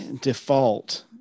default